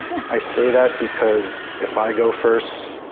i see that because if i go first,